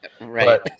Right